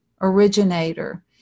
originator